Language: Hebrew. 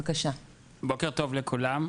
בוקר טוב לכולם.